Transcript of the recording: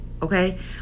Okay